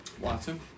Watson